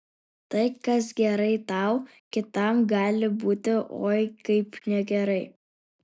tai kas gerai tau kitam gali būti oi kaip negerai